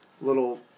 little